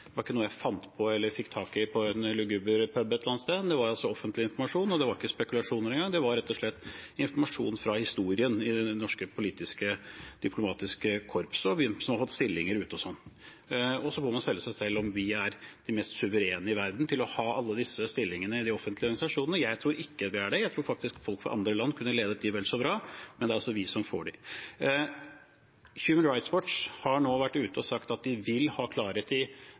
var ikke noe jeg fant på eller fikk tak i på en luguber pub et eller annet sted. Det var offentlig informasjon, og det var ikke spekulasjoner engang, det var rett og slett informasjon fra historien om det norske politiske, diplomatiske korpset, som har fått stillinger ute. Så får man spørre seg selv om vi er de mest suverene i verden til å ha alle disse stillingene i de offentlige organisasjonene. Jeg tror ikke vi er det. Jeg tror faktisk folk fra andre land kunne ledet dem vel så bra, men det er altså vi som får dem. Human Rights Watch har nå vært ute og sagt at de vil ha klarhet i hvem som stemte for å få Iran inn i kommisjonen for kvinners rettigheter i